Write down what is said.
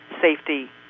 safety